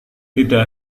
tidak